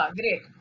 great